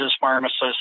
pharmacists